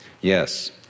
yes